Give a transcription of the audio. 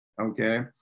okay